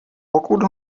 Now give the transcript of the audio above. pokud